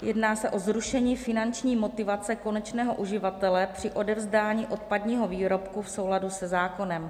Jedná se o zrušení finanční motivace konečného uživatele při odevzdání odpadního výrobku v souladu se zákonem.